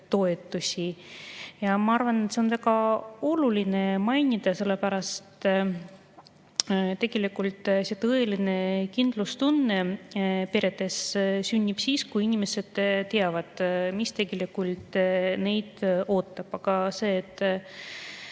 Ma arvan, et seda on väga oluline mainida, sellepärast et tegelikult tõeline kindlustunne peredes sünnib siis, kui inimesed teavad, mis neid [ees] ootab. Aga see, et